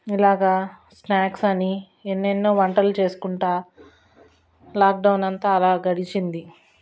ఇలాగ స్నాక్స్ అని ఎన్నెన్నో వంటలు చేసుకుంటు లాక్డౌన్ అంతా అలా గడిచింది